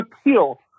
appeal